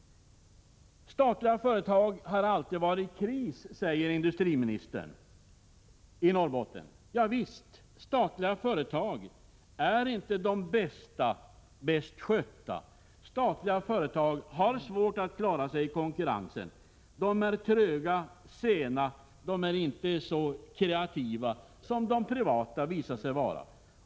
Statliga företag i Norrbotten har alltid varit i kris, säger industriministern. Ja visst, statliga företag är inte de bäst skötta företagen. Statliga företag har svårt att klara sig i konkurrensen. De är tröga och är inte så kreativa som de privata företagen visar sig vara.